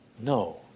No